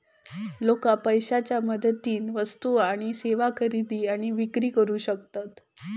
लोका पैशाच्या मदतीन वस्तू आणि सेवा खरेदी आणि विक्री करू शकतत